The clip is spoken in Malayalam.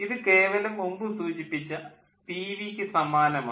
ഇത് കേവലം മുമ്പ് സൂചിപ്പിച്ച പി വി യ്ക്ക് സമാനമാണ്